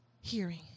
hearing